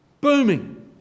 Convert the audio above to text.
Booming